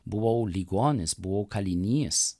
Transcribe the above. buvau ligonis buvau kalinys